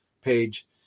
page